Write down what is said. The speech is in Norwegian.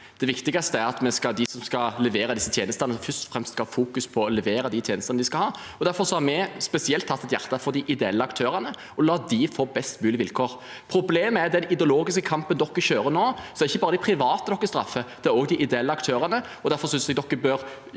Det viktigste er at de som skal levere disse tjenestene, først og fremst skal fokusere på å levere de tjenestene de skal ha. Derfor har vi spesielt hatt et hjerte for de ideelle aktørene og for å la dem få de best mulige vilkår. Problemet er den ideologiske kampen regjeringspartiene kjører nå. Det er ikke bare de private man straffer, det er også de ideelle aktørene, og derfor synes jeg